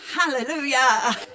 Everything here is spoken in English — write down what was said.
Hallelujah